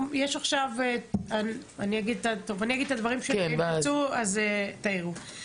אני אגיד את הדברים שלי ואם תרצו תעירו.